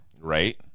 Right